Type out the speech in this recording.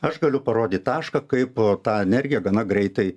aš galiu parodyt tašką kaip tą energiją gana greitai